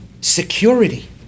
security